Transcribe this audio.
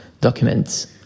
documents